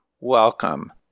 Welcome